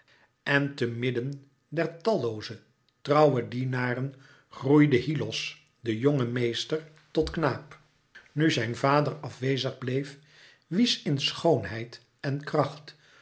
en te midden der tallooze trouwe dienaren groeide hyllos de jonge meester tot knaap nu zijn vader afwezig bleef wies in schoonheid en kracht